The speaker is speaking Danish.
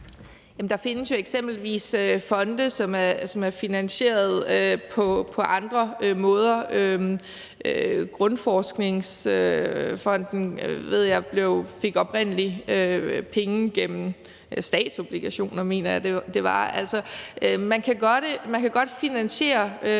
Der findes jo eksempelvis fonde, som er finansieret på andre måder. Grundforskningsfonden ved jeg oprindelig fik penge gennem statsobligationer; sådan mener jeg det var. Man kan godt finansiere